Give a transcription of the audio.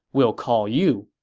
we'll call you.